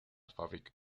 fábrica